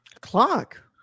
Clock